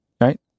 right